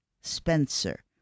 Spencer